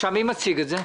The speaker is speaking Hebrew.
מי מציג את זה?